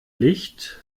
licht